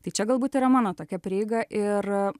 tai čia galbūt yra mano tokia prieiga ir